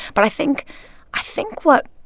but i think i think what